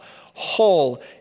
whole